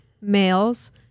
males